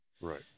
Right